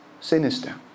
Sinister